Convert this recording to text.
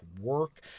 work